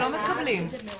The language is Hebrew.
מעונות וגם רווחה.